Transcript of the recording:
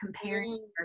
comparing